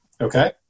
Okay